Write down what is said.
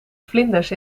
vlinders